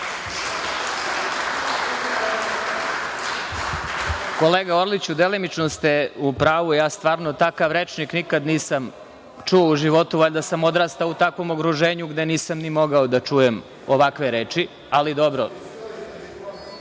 Kolega Orliću, delimično ste u pravu. Takav rečnik nikad nisam čuo u životu. Valjda sam odrastao u takvom okruženju gde nisam ni mogao da čujem ovakve reči, ali, dobro,